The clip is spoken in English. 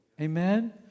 Amen